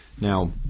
Now